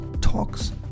talks